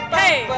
hey